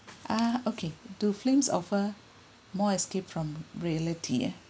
ah okay do films offer more escape from reality uh